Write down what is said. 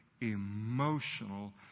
emotional